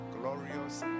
glorious